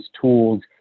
tools